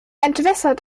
entwässert